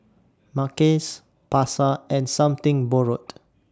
Mackays Pasar and Something Borrowed